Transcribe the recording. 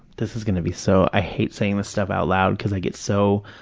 this is going to be so, i hate saying this stuff out loud because i get so